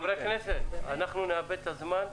חברי הכנסת, אנחנו נאבד את הזמן.